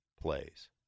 plays